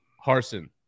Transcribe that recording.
Harson